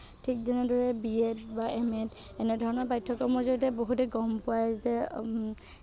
ঠিক তেনেদৰে B Ed বা এম এড এনেধৰণৰ পাঠ্যক্ৰমৰ জড়িয়তে বহুতে গম পায় যে